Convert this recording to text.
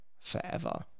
forever